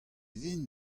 vin